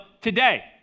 today